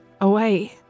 Away